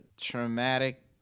traumatic